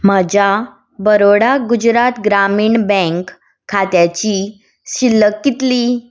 म्हज्या बरोडा गुजरात ग्रामीण बँक खात्याची शिल्लक कितली